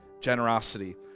generosity